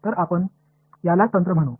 तर आपण यालाच तंत्र म्हणू